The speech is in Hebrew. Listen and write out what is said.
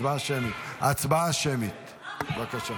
הצבעה שמית, בבקשה.